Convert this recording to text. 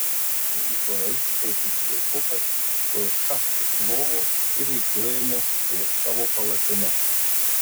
rytoj kai tik švilpukas tuoj šast iš lovų ir rikiuojamės prieš savo palapines